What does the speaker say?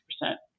percent